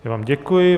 Já vám děkuji.